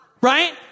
right